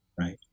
Right